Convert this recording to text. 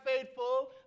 faithful